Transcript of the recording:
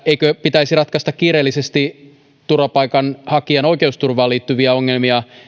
eikö pitäisi ratkaista kiireellisesti turvapaikanhakijoiden oikeusturvaan liittyviä ongelmia